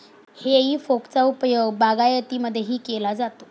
हेई फोकचा उपयोग बागायतीमध्येही केला जातो